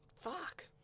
Fuck